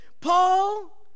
Paul